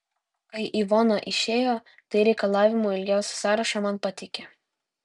kai ivona išėjo tai reikalavimų ilgiausią sąrašą man pateikė